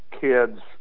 kids